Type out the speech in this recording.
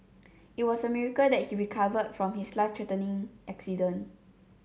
it was a miracle that he recovered from his life threatening accident